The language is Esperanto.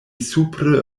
supre